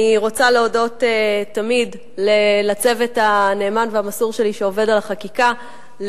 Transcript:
אני רוצה להודות תמיד לצוות הנאמן והמסור שלי שעובד על החקיקה,